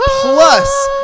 plus